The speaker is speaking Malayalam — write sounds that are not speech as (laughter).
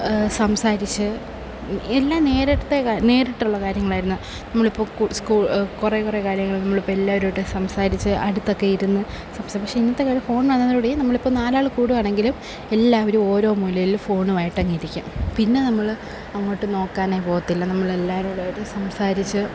സംസാരിച്ച് എല്ലാം നേരിട്ടുള്ള കാര്യങ്ങളായിരുന്നു നമ്മളിപ്പോള് കുറെ കുറെ കാര്യങ്ങള് നമ്മളിപ്പോള് എല്ലാവരുമായിട്ട് സംസാരിച്ച് അടുത്തൊക്കെ ഇരുന്ന് (unintelligible) പക്ഷേ ഇന്നത്തെ കാലത്ത് ഫോണ് വന്നതോടുകൂടി നമ്മളിപ്പോള് നാലാള് കൂടുവാണെങ്കിലും എല്ലാവരും ഓരോ മൂലയില് ഫോണുമായിട്ടങ്ങിരിക്കും പിന്നെ നമ്മള് അങ്ങോട്ട് നോക്കാനേ പോകത്തില്ല നമ്മളെല്ലാരോടുമായിട്ട് സംസാരിച്ച്